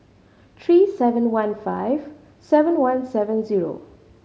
three seven one five seven one seven zero